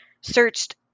Searched